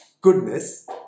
goodness